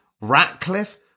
Ratcliffe